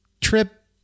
Trip